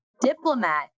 diplomat